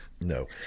No